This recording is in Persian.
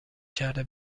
کرده